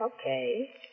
Okay